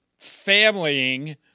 familying